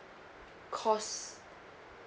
cost